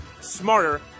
smarter